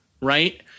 right